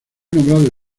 nombrado